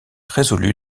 résolu